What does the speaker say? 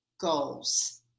goals